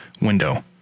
window